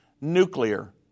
nuclear